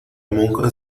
monja